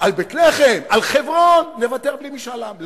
על בית-לחם, על חברון, נוותר בלי משאל עם.